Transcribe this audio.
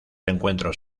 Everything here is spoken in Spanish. encuentros